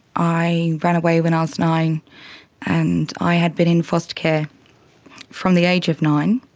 i and ran away when i was nine and i had been in foster care from the age of nine.